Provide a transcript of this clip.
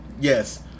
yes